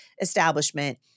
establishment